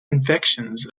infections